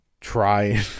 try